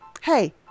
hey